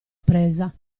presa